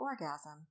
orgasm